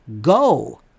go